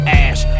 ash